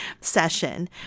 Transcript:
session